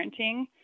parenting